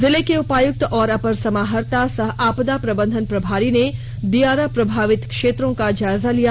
जिले के उपायुक्त और अपर समाहर्ता सह आपदा प्रबंधन प्रभारी ने दियारा प्रभावित क्षेत्रों का जायजा लिया